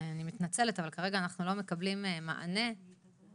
אני מתנצלת אבל כרגע אנחנו לא מקבלים מענה על.